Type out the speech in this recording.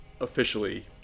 officially